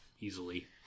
easily